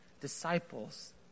disciples